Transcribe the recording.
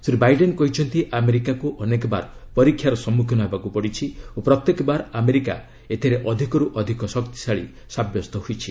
Shri Biden କହିଛନ୍ତି ଆମେରିକାକୁ ଅନେକବାର ପରୀକ୍ଷାର ସମ୍ମଖୀନ ହେବାକୁ ପଡ଼ିଛି ଓ ପ୍ରତ୍ୟେକ ବାର ଆମେରିକା ଏଥିରେ ଅଧିକର୍ତ ଅଧିକ ଶକ୍ତିଶାଳୀ ସାବ୍ୟସ୍ତ ହୋଇଛି